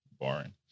boring